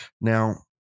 Now